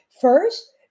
First